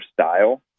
style